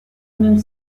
même